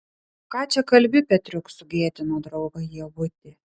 ką čia kalbi petriuk sugėdino draugą ievutė